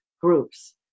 groups